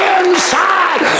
inside